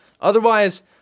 Otherwise